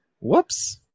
whoops